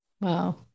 Wow